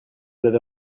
avez